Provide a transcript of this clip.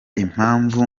impamvu